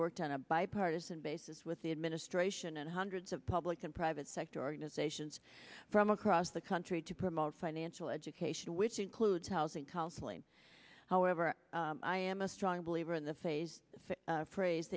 worked on a bipartisan basis with the administration and hundreds of public and private sector organizations from across the country to promote financial education which includes housing counseling however i am a strong believer in the phase of phrase